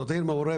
זאת עיר מעורבת.